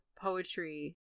poetry